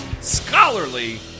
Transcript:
scholarly